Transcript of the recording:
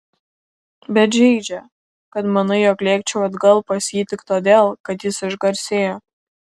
bet žeidžia kad manai jog lėkčiau atgal pas jį tik todėl kad jis išgarsėjo